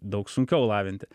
daug sunkiau lavinti